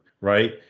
right